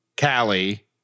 Callie